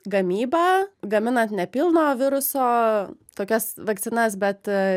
gamybą gaminant nepilno viruso tokias vakcinas bet